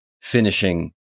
finishing